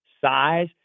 size